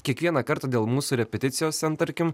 kiekvieną kartą dėl mūsų repeticijos ten tarkim